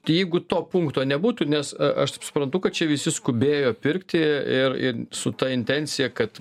jeigu to punkto nebūtų nes aš taip suprantu kad čia visi skubėjo pirkti ir ir su ta intencija kad